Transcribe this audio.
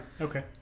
okay